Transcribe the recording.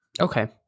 Okay